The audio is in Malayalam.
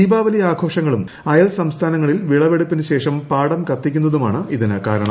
ദീപാവലി ആഘോഷങ്ങളും അയൽ സംസ്ഥാനങ്ങളിൽ വിളവെടുപ്പിന് ശേഷം പാടം കത്തിക്കുന്നതുമാണ് ഇതിന് കാരണം